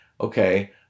Okay